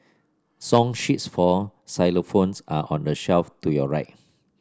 song sheets for xylophones are on the shelf to your right